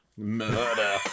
Murder